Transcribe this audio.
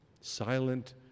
silent